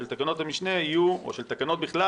של תקנות המשנה או של תקנות בכלל,